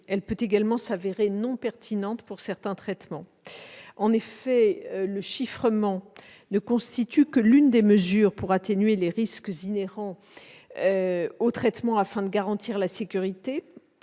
peut également se révéler non pertinente pour certains traitements. En effet, le chiffrement ne constitue que l'une des mesures pour atténuer les risques inhérents au traitement afin de garantir la sécurité.